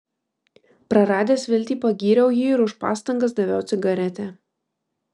praradęs viltį pagyriau jį ir už pastangas daviau cigaretę